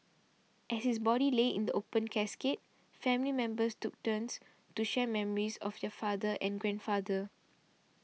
as his body lay in the open casket family members took turns to share memories of their father and grandfather